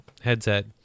headset